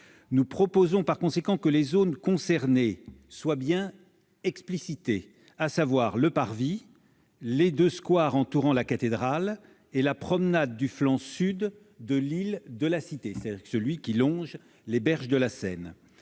Nous proposons, par conséquent, que soient bien explicitées les zones concernées, à savoir le parvis, les deux squares entourant la cathédrale et la promenade du flanc sud de l'île de la Cité, c'est-à-dire celui qui longe les berges de la Seine.